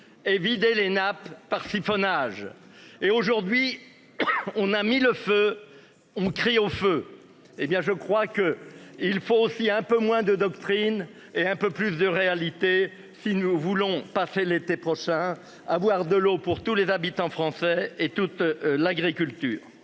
et vider les nappes par siphonage et aujourd'hui. On a mis le feu. On crie au feu. Eh bien je crois que il faut aussi un peu moins de doctrine et un peu plus de réalité si nous voulons pas fait l'été prochain à boire de l'eau pour tous les habitants français et toute l'agriculture.